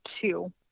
two